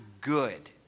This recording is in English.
good